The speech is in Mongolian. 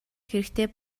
хэрэгтэй